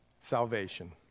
salvation